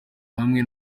hamwe